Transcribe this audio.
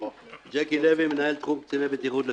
ג'קי לוי, מנהל תחום קציני בטיחות לשעבר.